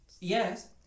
Yes